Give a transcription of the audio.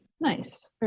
Nice